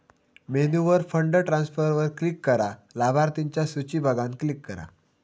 मेन्यूवर फंड ट्रांसफरवर क्लिक करा, लाभार्थिंच्या सुची बघान क्लिक करा